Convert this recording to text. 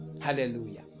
Hallelujah